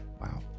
wow